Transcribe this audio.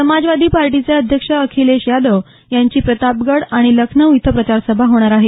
समाजवादी पार्टीचे अध्यक्ष अखिलेश यादव यांची प्रतापगड आणि लखनौ इथं प्रचारसभा होणार आहे